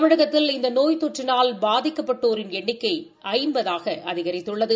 தமிழகத்தில் இந்த நோய் தொற்றினால் பாதிக்கப்பட்டுள்ளவர்களின் எண்ணிக்கை ஜம்பதாக அதிகரித்துள்ளது